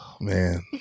Man